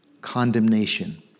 Condemnation